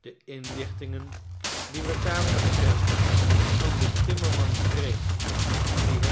de inlichtingen die we daaromtrent van den timmerman kregen die het